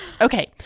Okay